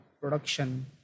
production